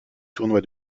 tournoi